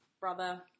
Brother